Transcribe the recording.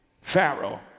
Pharaoh